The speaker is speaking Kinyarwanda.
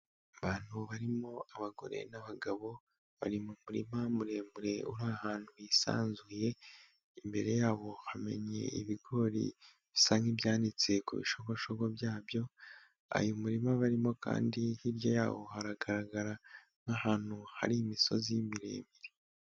Abantu barimo abagore n'abagabo, bari mu murima muremure uri ahantu hisanzuye, imbere yabo hamenye ibigori bisa nk'ibyanitse ku biboshogo byabyo, ayu muririma barimo kandi hirya yawo, haragaragara nk'ahantu hari imisozi miremire.